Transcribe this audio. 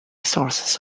sources